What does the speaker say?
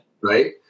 Right